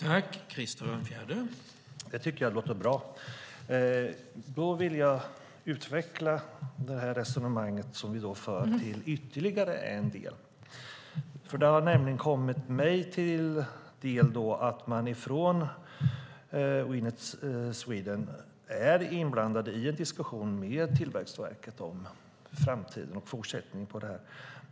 Herr talman! Det tycker jag låter bra. Då vill jag utveckla det resonemang som vi för till ytterligare en del. Det har nämligen kommit mig till del att man från Winnet Sverige är inblandad i en diskussion med Tillväxtverket om framtiden, om en fortsättning för det här bidraget.